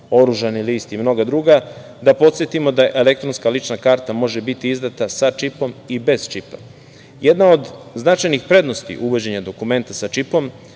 oružani list, i mnoga druga. Da podsetimo da elektronska lična karta može biti izdata sa čipom i bez čipa. Jedna od značajnih prednosti uvođenja dokumenata, sa čipom